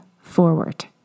forward